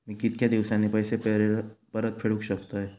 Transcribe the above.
मी कीतक्या दिवसांनी पैसे परत फेडुक शकतय?